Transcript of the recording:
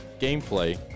gameplay